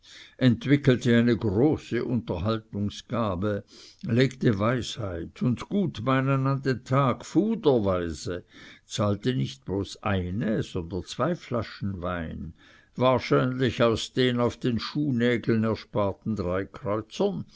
entwickelte eine große unterhaltungsgabe legte weisheit und gutmeinen an den tag fuderweise zahlte nicht bloß eine sondern zwei flaschen wein wahrscheinlich aus den auf den schuhnägeln ersparten drei kreuzern